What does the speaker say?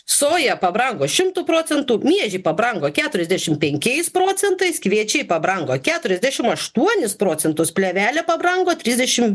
soja pabrango šimtu procentų miežiai pabrango keturiasdešim penkiais procentais kviečiai pabrango keturiasdešim aštuonis procentus plėvelė pabrango trisdešim